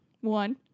one